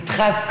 נדחס,